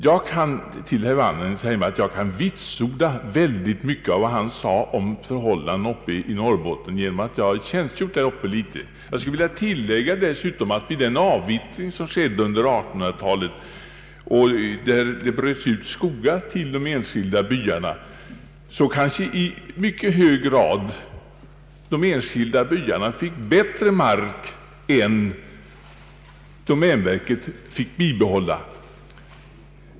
Jag kan säga till herr Wanhainen att jag kan vitsorda mycket av vad han sade om förhållandena uppe i Norrbotten, eftersom jag har tjänstgjort där uppe. Jag skulle vilja tillägga att vid den avvittring som skedde under 1800 talet, där det bröts ut skogar till de enskilda byarna, kanske dessa i stor utsträckning erhöll mark som var bättre än den mark som domänverket fick behålla.